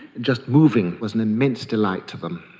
just moving was an immense delight to them.